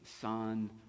Son